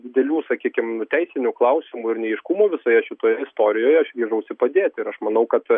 didelių sakykim teisinių klausimų ir neaiškumų visoje šitoje istorijoje aš ryžausi padėt ir aš manau kad